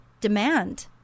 demand